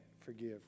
forgive